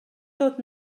dod